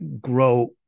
grow